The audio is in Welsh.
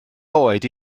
oed